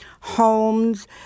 homes